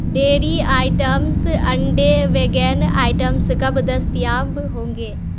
dairy items انڈے vegan items کب دستیاب ہوں گے